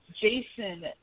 Jason